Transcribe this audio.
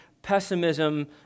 pessimism